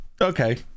okay